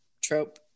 trope